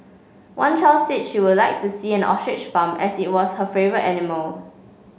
one child said she would like to see an ostrich farm as it was her favourite animal